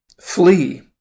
flee